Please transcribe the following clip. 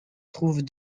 trouvent